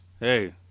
Hey